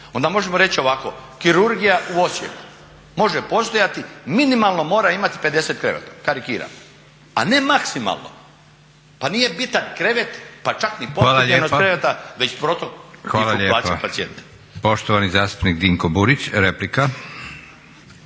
onda možemo reći ovako, kirurgija u Osijeku može postojati minimalno mora imati 50 kreveta, karikiram a ne maksimalno. Pa nije bitan krevet pa čak ni popunjenost kreveta već …/Govornik se ne razumije./… …/Upadica: Hvala lijepa./…